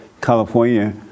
California